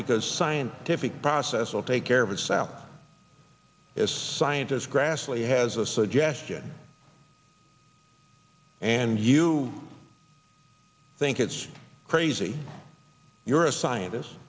because scientific process will take care of itself as scientists grassley has a suggestion and you think it's crazy you're a scientist